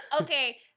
Okay